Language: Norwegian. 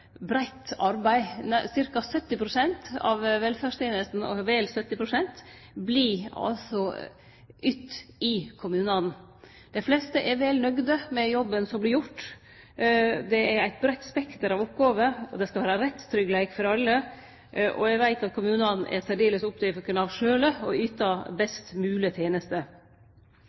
breitt arbeid – vel 70 pst. av velferdstenestene vert ytte i kommunane. Dei fleste er vel nøgde med den jobben som vert gjord. Det er et breitt spekter av oppgåver, det skal vere rettstryggleik for alle, og eg veit at kommunane er særdeles opptekne av sjølve å yte best moglege tenester.